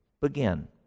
begin